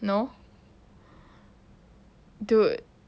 no dude